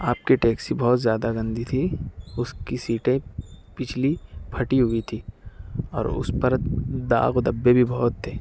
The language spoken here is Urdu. آپ کی ٹیکسی بہت زیادہ گندی تھی اُس کی سیٹیں پچھلی پھٹی ہوئی تھی اور اُس پر داغ و دھبے بھی بہت تھے